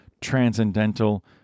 transcendental